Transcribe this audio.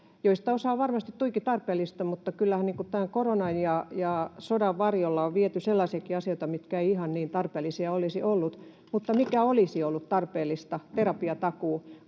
mistä osa on varmasti tuiki tarpeellista, mutta kyllähän koronan ja sodan varjolla on viety sellaisiakin asioita, mitkä eivät ihan niin tarpeellisia olisi olleet, niin mikä olisi ollut tarpeellista. Terapiatakuu.